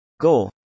Goal